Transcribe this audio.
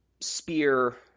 spear